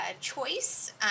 choice